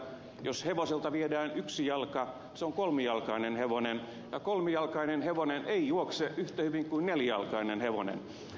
jos hevoselta viedään yksi jalka se on kolmijalkainen hevonen ja kolmijalkainen hevonen ei juokse yhtä hyvin kuin nelijalkainen hevonen